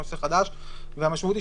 כנושא חדש והמשמעות של זה היא